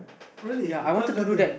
really you trust that thing